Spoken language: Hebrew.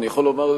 אני יכול לומר,